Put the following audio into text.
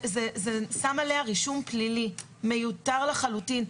זה שם עליה רישום פלילי מיותר לחלוטין.